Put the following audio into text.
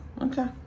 okay